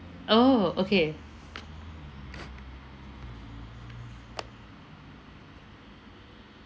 orh okay